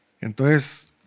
entonces